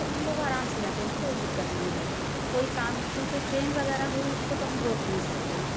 तो हम लोग आराम से जाते हैं कोई दिक्कत नहीं होती है कोई काम क्योंकि ट्रेन वगैरह हुई उसको तो हम रोक नहीं सकते